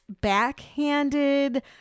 backhanded